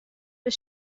der